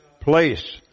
place